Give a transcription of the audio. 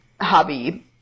hobby